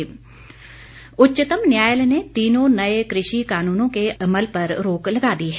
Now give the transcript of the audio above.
उच्चतम न्यायालय उच्चतम न्यायालय ने तीनों नए कृषि कानूनों के अमल पर रोक लगा दी है